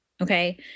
Okay